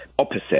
opposite